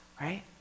right